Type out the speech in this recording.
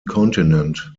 continent